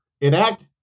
enact